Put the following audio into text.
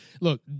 look